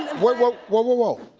whoa whoa whoa,